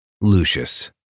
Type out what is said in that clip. Lucius